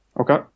Okay